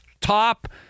top